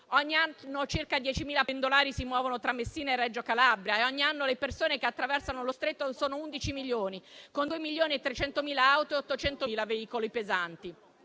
Ogni anno, circa 10.000 pendolari si muovono tra Messina e Reggio Calabria e ogni anno le persone che attraversano lo Stretto sono 11 milioni, con due milioni e 300.000 automobili e 800.000 veicoli pesanti.